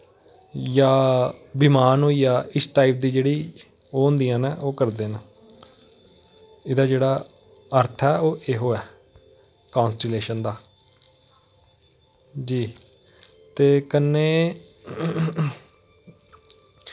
जां विमान होइया इस टाइप दी जेह्ड़ी ओह् होंदियां न ओह् करदे न एह्दा जेह्ड़ा अर्थ ऐ ओह् एहो ऐ कॉन्स्टेलेशन दा जी ते कन्नै